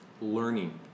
learning